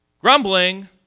grumbling